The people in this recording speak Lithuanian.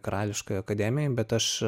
karališkoj akademijoj bet aš